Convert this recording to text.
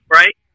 right